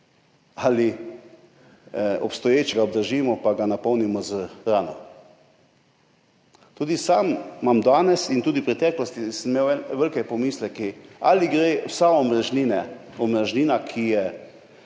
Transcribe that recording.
obstoječega pa ga napolnimo s hrano. Tudi sam imam danes in tudi v preteklosti sem imel velike pomisleke, ali gre vsa omrežnina, ki je